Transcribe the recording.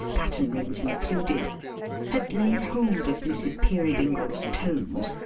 patten rings included had laid hold of mrs. peerybingle's toes,